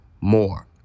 more